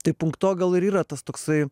tai punkto gal ir yra tas toksai